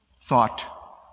thought